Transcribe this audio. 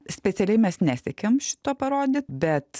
specialiai mes nesiekiam šito parodyt bet